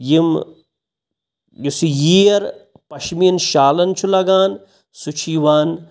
یِم یُس یہِ ییر پشمیٖن شالَن چھُ لگان سُہ چھُ یِوان